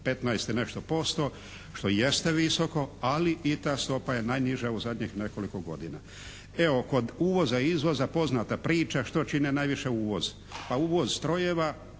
15 i nešto posto, što jeste visoko, ali i ta stopa je najniža u zadnjih nekoliko godina. Evo, kod uvoza-izvoza poznata priča. Što čine najviše uvoz? Pa uvoz strojeva